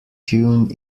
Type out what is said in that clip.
tune